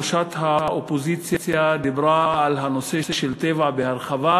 ראשת האופוזיציה דיברה על הנושא של "טבע" בהרחבה,